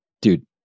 dude